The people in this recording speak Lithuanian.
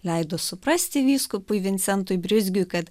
leido suprasti vyskupui vincentui brizgiui kad